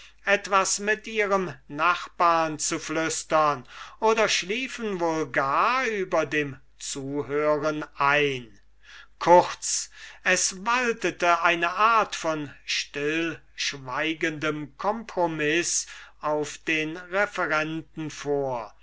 etwas mit ihren nachbar zu flüstern oder schliefen wohl gar überm zuhören ein kurz es waltete eine art von stillschweigendem compromiß auf den referenten vor